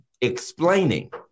explaining